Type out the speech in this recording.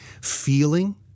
feeling